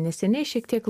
neseniai šiek tiek